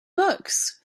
books